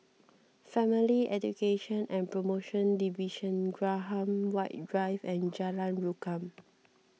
Family Education and Promotion Division Graham White Drive and Jalan Rukam